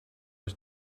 was